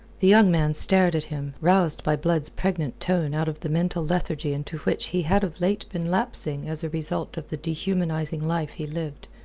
the young man stared at him, roused by blood's pregnant tone out of the mental lethargy into which he had of late been lapsing as a result of the dehumanizing life he lived.